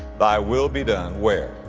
thy will be done, where?